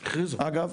אגב,